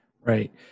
Right